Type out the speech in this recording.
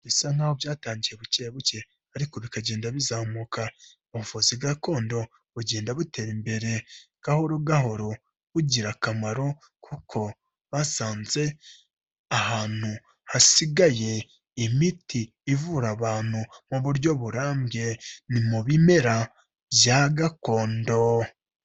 Bisa nk'aho byatangiye bucye buke ariko bikagenda bizamuka. Ubuvuzi gakondo bugenda butera imbere gahoro gahoro bugira akamaro kuko basanze ahantu hasigaye imiti ivura abantu mu buryo burambye ni mu bimera bya gakondo.